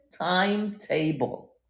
timetable